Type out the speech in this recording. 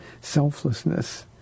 selflessness